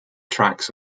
tracks